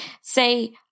say